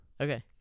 Okay